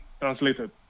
translated